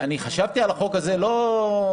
חשבתי על החוק הזה לא באוויר,